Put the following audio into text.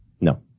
No